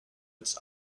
its